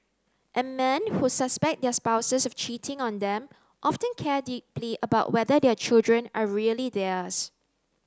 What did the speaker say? and men who suspect their spouses of cheating on them often care deeply about whether their children are really theirs